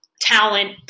talent